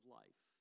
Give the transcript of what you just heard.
life